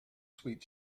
sweet